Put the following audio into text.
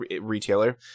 retailer